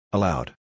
Allowed